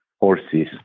horses